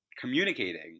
communicating